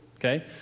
Okay